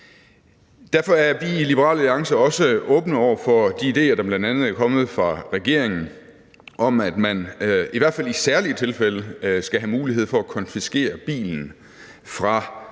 Derfor er vi i Liberal Alliance også åbne over for de ideer, der bl.a. er kommet fra regeringen, om, at man i hvert fald i særlige tilfælde skal have mulighed for at konfiskere bilen fra